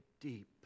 deep